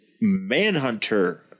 Manhunter